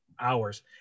hours